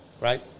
right